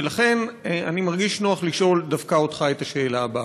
ולכן אני מרגיש נוח לשאול דווקא אותך את השאלה הבאה.